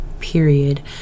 period